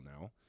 now